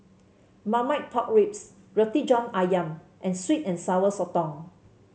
Marmite Pork Ribs Roti John ayam and sweet and Sour Sotong